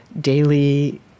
daily